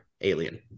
alien